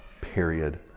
period